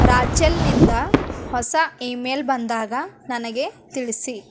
ರಾಚೆಲ್ನಿಂದ ಹೊಸ email ಬಂದಾಗ ನನಗೆ ತಿಳಿಸಿ